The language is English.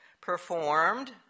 performed